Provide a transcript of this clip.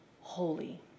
holy